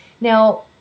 Now